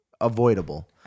avoidable